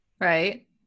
right